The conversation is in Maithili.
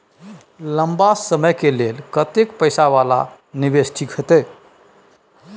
लंबा समय के लेल कतेक पैसा वाला निवेश ठीक होते?